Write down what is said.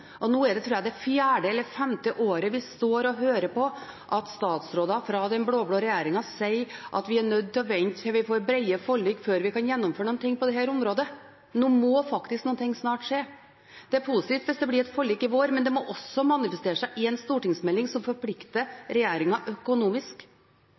det fjerde eller femte året vi hører statsråder fra den blå-blå regjeringen si at vi er nødt til å vente til vi får brede forlik før vi kan gjennomføre noe på dette området. Nå må faktisk noe snart skje. Det er positivt hvis det blir et forlik i vår, men det må også manifestere seg i en stortingsmelding som